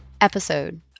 episode